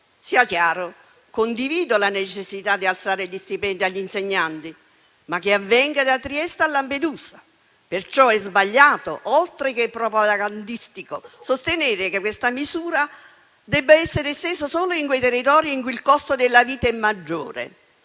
Sia chiaro: condivido la necessità di aumentare gli stipendi agli insegnanti, purché ciò avvenga da Trieste a Lampedusa. Perciò è sbagliato, oltre che propagandistico, sostenere che questa misura debba essere estesa solo in quei territori in cui il costo della vita è maggiore,